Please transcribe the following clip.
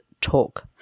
talk